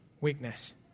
weakness